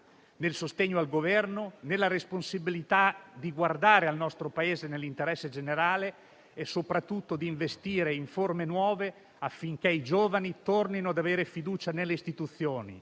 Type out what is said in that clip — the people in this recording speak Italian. nel sostegno al Governo, nella responsabilità di guardare al nostro Paese nell'interesse generale e, soprattutto, di investire in forme nuove affinché i giovani tornino ad avere fiducia nelle istituzioni,